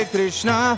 Krishna